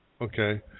Okay